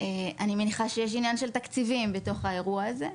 אני מניחה שיש עניין של תקציבים בתוך האירוע הזה,